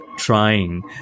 Trying